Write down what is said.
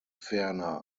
ferner